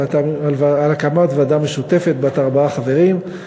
על הקמת ועדה משותפת בת ארבעה חברים,